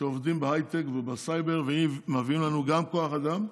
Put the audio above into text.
שעובדים בהייטק ובסייבר ומביאים לנו גם כוח אדם,